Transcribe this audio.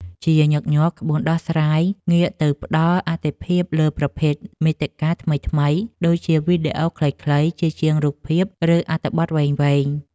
ជាញឹកញាប់ ក្បួនដោះស្រាយងាកទៅផ្ដល់អាទិភាពលើប្រភេទមាតិកាថ្មីៗ ដូចជាវីដេអូខ្លីៗជាជាងរូបភាព ឬអត្ថបទវែងៗ។